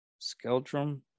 Skeldrum